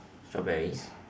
strawberries